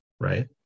right